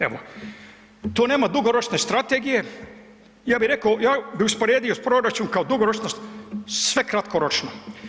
Evo, tu nema dugoročne strategije, ja bih rekao, ja bih usporedio proračun kao dugoročnost, sve kratkoročno.